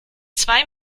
zwei